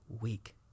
week